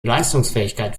leistungsfähigkeit